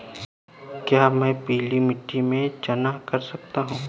क्या मैं पीली मिट्टी में चना कर सकता हूँ?